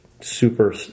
super